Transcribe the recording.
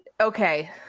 okay